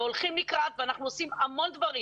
והולכים לקראת, ואנחנו עושים המון דברים.